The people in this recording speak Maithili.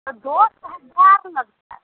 तऽ दश हजार लगतै